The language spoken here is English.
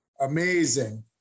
amazing